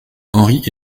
henri